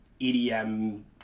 EDM